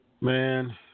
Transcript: Man